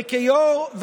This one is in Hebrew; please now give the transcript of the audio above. וכיו"ר,